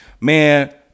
Man